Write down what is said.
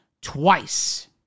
twice